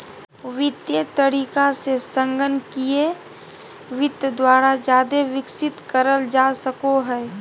वित्तीय तरीका से संगणकीय वित्त द्वारा जादे विकसित करल जा सको हय